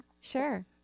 Sure